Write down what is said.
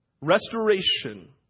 Restoration